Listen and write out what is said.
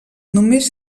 només